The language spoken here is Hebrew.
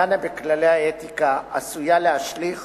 הדנה בכללי האתיקה, עשויה להשליך